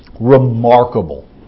Remarkable